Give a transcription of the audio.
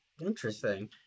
interesting